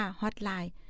hotline